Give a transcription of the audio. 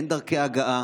אין דרכי הגעה.